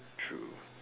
true